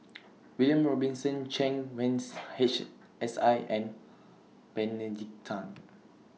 William Robinson Chen Wens Hsi and Benedict Tan